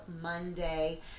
Monday